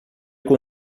com